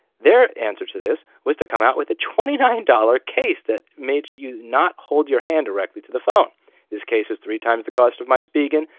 answer to this was to come out with a twenty nine dollars case that makes you not hold your hand directly to the phone. this case is three times the cost of my spigen,